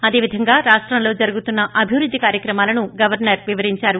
అదేవిధంగా రాష్టంలో జరుగుతున్న అభివృద్ది కార్యక్రమాలను గవర్నర్ వివరించారు